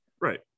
Right